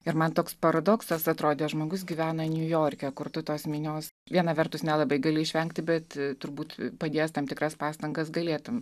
ir man toks paradoksas atrodė žmogus gyvena niujorke kur tu tos minios viena vertus nelabai gali išvengti bet turbūt padėjęs tam tikras pastangas galėtum